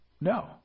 No